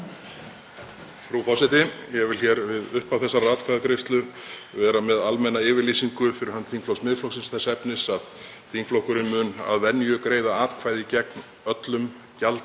Frú forseti. Ég vil við upphaf þessarar atkvæðagreiðslu vera með almenna yfirlýsingu fyrir hönd þingflokks Miðflokksins þess efnis að þingflokkurinn mun að venju greiða atkvæði gegn öllum gjalda-